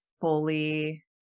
fully